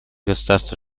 государства